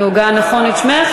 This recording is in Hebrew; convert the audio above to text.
אני הוגה נכון את שמך?